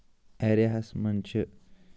اٮ۪ریاہَس منٛز چھِ